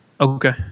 Okay